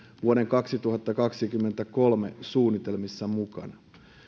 vuoden kaksituhattakaksikymmentäkolme suunnitelmissa mukana